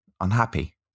unhappy